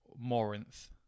Morinth